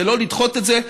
ולא לדחות את זה,